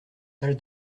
salle